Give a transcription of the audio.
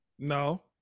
No